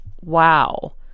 Wow